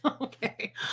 Okay